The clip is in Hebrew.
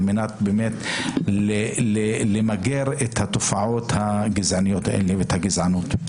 על מנת למגר את התופעות הגזעניות האלה ואת הגזענות.